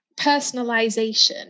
personalization